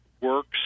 works